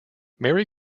merry